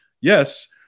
yes